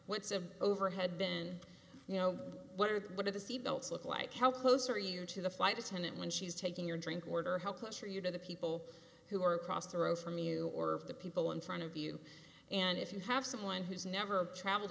what's of overhead then you know what are the what are the seat belts look like how close are you to the flight attendant when she's taking your drink order to help push for you to the people who are cross to rose from you or the people in front of you and if you have someone who's never traveled